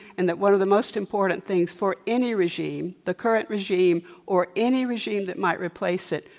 and that one of the most important things for any regime, the current regime or any regime that might replace it,